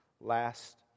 last